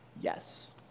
Yes